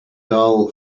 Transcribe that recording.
dull